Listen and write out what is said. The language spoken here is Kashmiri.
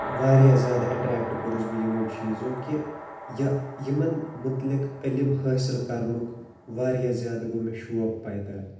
واریاہ زیادٕ اَٹریٚکٹ کوٚرُس بہٕ یِمو چیٖزو کہِ یہِ یِمَن مُتعلِق علم حٲصل کَرنُک واریاہ زیادٕ گوٚو مےٚ شوق پیدا